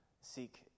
seek